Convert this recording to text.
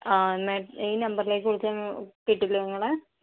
ആ ഈ നമ്പറിലേക്ക് വിളിച്ചാൽ കിട്ടില്ലേ നിങ്ങളെ